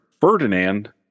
Ferdinand